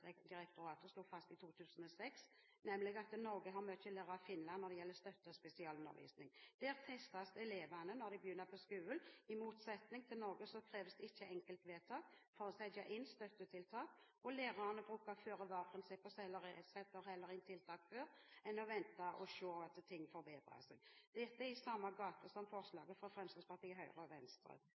slo fast i 2006, nemlig at Norge har mye å lære av Finland når det gjelder støtte og spesialundervisning. Der testes elevene når de begynner på skolen, og i motsetning til i Norge kreves det ikke enkeltvedtak for å sette inn støttetiltak, og lærerne bruker føre-var-prinsippet og setter heller inn tiltak før enn å vente og se om ting forbedrer seg. Dette er i samme gate som forslaget fra Fremskrittspartiet, Høyre og Venstre.